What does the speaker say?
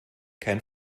kein